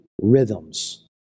rhythms